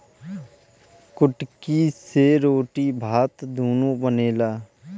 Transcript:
कुटकी से रोटी भात दूनो बनेला